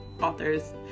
authors